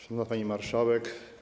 Szanowna Pani Marszałek!